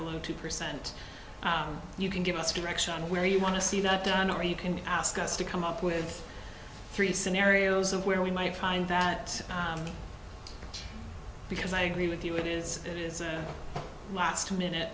below two percent you can give us a direction where you want to see that done or you can ask us to come up with three scenarios where we might find that because i agree with you it is it is a last minute